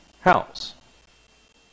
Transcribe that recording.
house